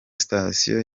sitasiyo